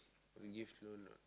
you give loan or not